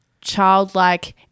childlike